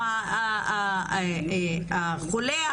או החולה,